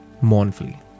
mournfully